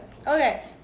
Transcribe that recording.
okay